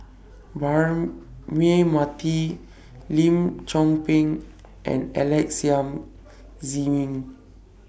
Braema Mathi Lim Chong Pang and Alex Yam Ziming